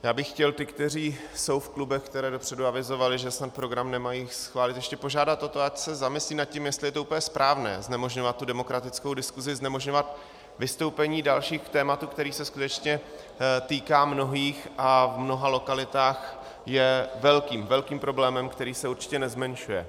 Já bych chtěl ty, kteří jsou v klubech, které dopředu avizovaly, že snad program nemají schválit, ještě požádat o to, ať se zamyslí nad tím, jestli je úplně správné znemožňovat demokratickou diskuzi, znemožňovat vystoupení dalších k tématu, které se skutečně týká mnohých a v mnoha lokalitách je velkým problémem, který se určitě nezmenšuje.